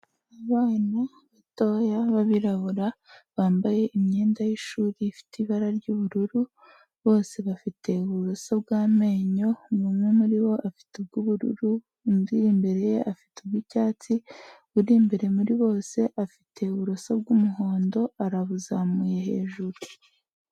Abana batoya b'abirabura, bambaye imyenda y'ishuri ifite ibara ry'ubururu, bose bafite uburoso bw'amenyo, umuntu umwe muri bo afite ubw'ubururu, undi imbere ye afite ubw'icyatsi, uri imbere muri bose afite uburoso bw'umuhondo arabuzamuye hejuru.